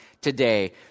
today